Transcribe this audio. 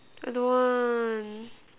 I don't want